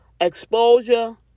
exposure